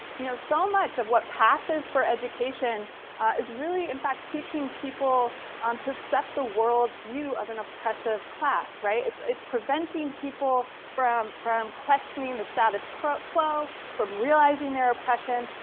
you know so much of what passes for education is really in fact teaching people um to accept the world view of an oppressive class. right? it's it's preventing people from from questioning the status quo. from realizing their oppression,